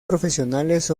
profesionales